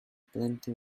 plenty